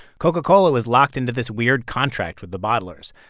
coca-cola was locked into this weird contract with the bottlers,